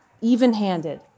even-handed